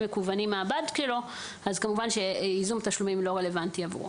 מקוונים מהבנק שלו ולכן כמובן שייזום תשלומים לא רלוונטי עבורו.